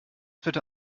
bitte